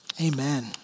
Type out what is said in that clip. Amen